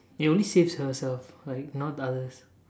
it only saves for herself like not the others